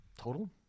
Total